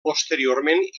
posteriorment